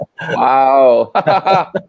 wow